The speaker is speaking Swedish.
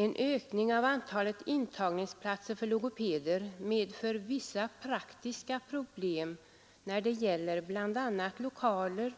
En ökning av antalet intagningsplatser för logopeder medför vissa praktiska problem när det gäller bl.a. lokaler,